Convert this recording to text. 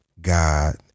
God